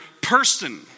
person